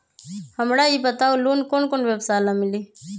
हमरा ई बताऊ लोन कौन कौन व्यवसाय ला मिली?